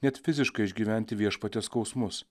net fiziškai išgyventi viešpaties skausmus